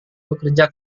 bekerja